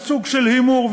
זה סוג של הימור,